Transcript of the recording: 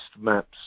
maps